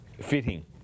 fitting